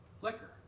liquor